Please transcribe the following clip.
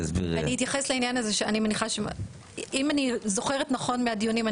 אם אני זוכרת נכון מהדיונים,